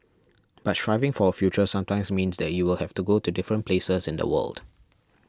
but striving for a future sometimes means that you will have to go to different places in the world